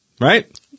right